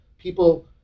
People